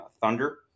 Thunder